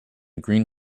green